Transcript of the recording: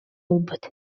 ылбыт